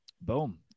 Boom